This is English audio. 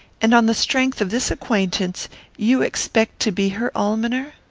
and on the strength of this acquaintance you expect to be her almoner?